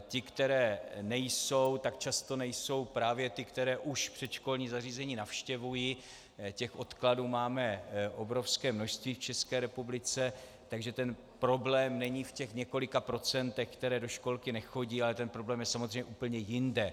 Ty, které nejsou, tak často nejsou právě ty, které už předškolní zařízení navštěvují, těch odkladů máme obrovské množství v České republice, takže ten problém není v těch několika procentech dětí, které do školky nechodí, ale ten problém je samozřejmě úplně jinde.